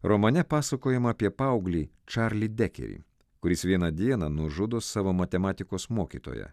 romane pasakojama apie paauglį čarlį dekerį kuris vieną dieną nužudo savo matematikos mokytoją